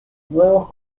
nuevos